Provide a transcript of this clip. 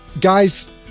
guys